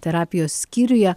terapijos skyriuje